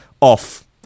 Off